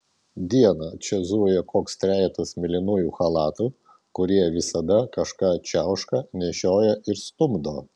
dieną čia zuja koks trejetas mėlynųjų chalatų kurie visada kažką čiauška nešioja ir stumdo